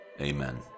Amen